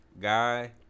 Guy